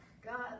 God